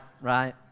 right